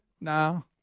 No